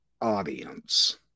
audience